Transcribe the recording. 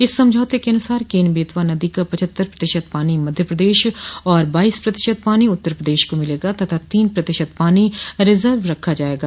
इस समझौते के अनुसार केन बेतवा नदी का पचहत्तर प्रतिशत पानी मध्य प्रदेश और बाईस प्रतिशत पानी उत्तर प्रदेश को मिलेगा तथा तीन प्रतिशत पानी रिजर्व रखा जायेगा